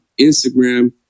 Instagram